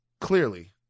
clearly